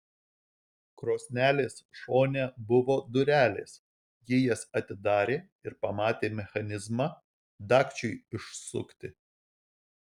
krosnelės šone buvo durelės ji jas atidarė ir pamatė mechanizmą dagčiui išsukti